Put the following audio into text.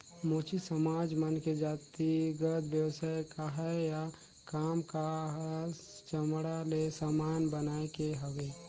मोची समाज मन के जातिगत बेवसाय काहय या काम काहस चमड़ा ले समान बनाए के हवे